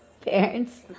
Parents